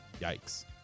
Yikes